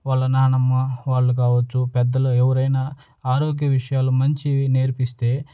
వాళ్ళ నానమ్మ వాళ్ళు కావచ్చు పెద్దలు ఎవరైనా ఆరోగ్య విషయాలు మంచివి నేర్పిస్తే